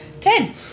Ten